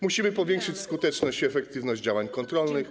Musimy zwiększyć skuteczność i efektywność działań kontrolnych.